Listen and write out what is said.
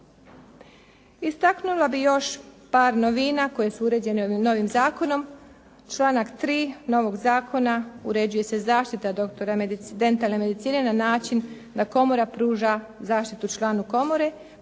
Istaknula bih još par novina koji su uređeni ovim novim zakonom. Članak 3. novog zakona uređuje se zaštita doktora dentalne medicine na način da komora pruža zaštitu članu komore